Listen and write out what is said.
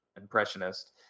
impressionist